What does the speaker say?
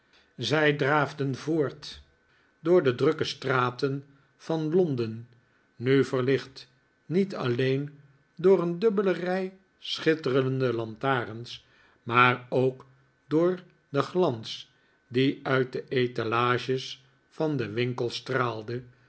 zij draafden voort door de drukke straten van londen nu verlicht niet alleen door een dubbele rij schitterende lantarens maar ook door den glans die uit de etalages van de winkels straalde